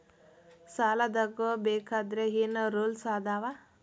ಸಾಲ ತಗೋ ಬೇಕಾದ್ರೆ ಏನ್ ರೂಲ್ಸ್ ಅದಾವ?